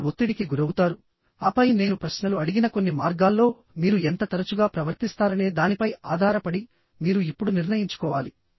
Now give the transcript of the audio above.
మీరు ఒత్తిడికి గురవుతారు ఆపై నేను ప్రశ్నలు అడిగిన కొన్ని మార్గాల్లో మీరు ఎంత తరచుగా ప్రవర్తిస్తారనే దానిపై ఆధారపడి మీరు ఇప్పుడు నిర్ణయించుకోవాలి